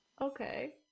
Okay